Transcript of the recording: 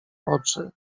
oczy